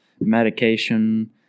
medication